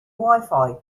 wifi